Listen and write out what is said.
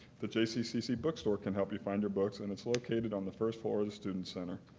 the jccc bookstore can help you find your books and it's located on the first floor of the student center.